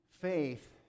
Faith